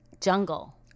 jungle